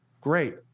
great